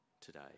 today